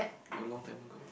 a long time ago